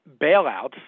bailouts